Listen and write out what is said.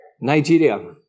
Nigeria